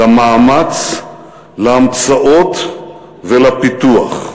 למאמץ, להמצאות ולפיתוח.